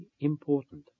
important